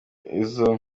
izo